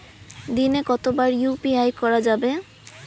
দিনে কতবার ইউ.পি.আই করা যাবে?